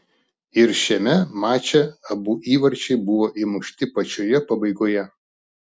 ir šiame mače abu įvarčiai buvo įmušti pačioje pabaigoje